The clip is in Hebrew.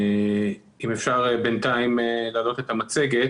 אני רופא